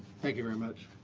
thank you very much.